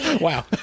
Wow